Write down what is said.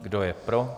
Kdo je pro?